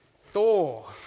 Thor